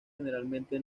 generalmente